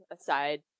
aside